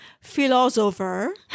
philosopher